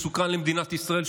מסוכן למדינת ישראל,